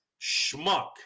schmuck